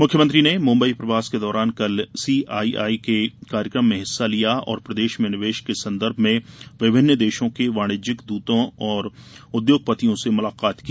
मुख्यमंत्री ने मुंबई प्रवास के दौरान कल सीआईआई के कार्यक्रम में हिस्सा लिया और प्रदेश में निवेश के संदर्भ में विभिन्न देशों के वाणिज्यिक दूतों और उद्योगपतियों से मुलाकात की